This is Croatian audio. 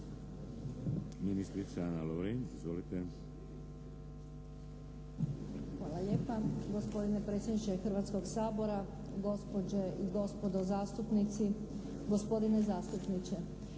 **Lovrin, Ana (HDZ)** Hvala lijepa. Gospodine predsjedniče Hrvatskog sabora, gospođe i gospodo zastupnici, gospodine zastupniče.